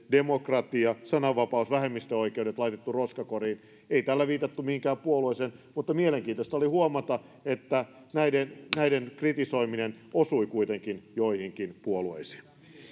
demokratia sananvapaus vähemmistöjen oikeudet on laitettu roskakoriin ei tällä viitattu mihinkään puolueeseen mutta mielenkiintoista oli huomata että näiden näiden kritisoiminen osui kuitenkin joihinkin puolueisiin